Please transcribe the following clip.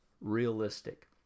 realistic